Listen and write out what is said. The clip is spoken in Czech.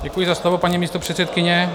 Děkuji za slovo, paní místopředsedkyně.